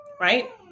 right